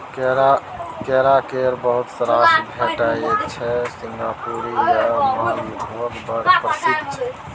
केरा केर बहुत रास भेराइटी छै सिंगापुरी आ मालभोग बड़ प्रसिद्ध छै